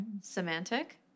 Semantic